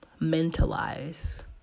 mentalize